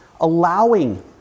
allowing